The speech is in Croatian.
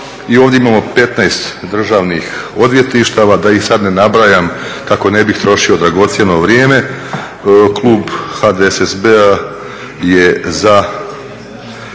i ovdje imamo 15 državnih odvjetništava da ih sad ne nabrajam kako ne bih trošio dragocjeno vrijeme. Klub HDSSB-a je za